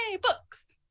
books